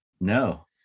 no